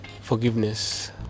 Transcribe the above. forgiveness